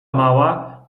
mała